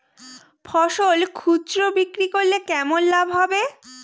ফসল খুচরো বিক্রি করলে কেমন লাভ হবে?